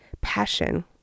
passion